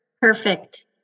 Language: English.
Perfect